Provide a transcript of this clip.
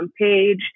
page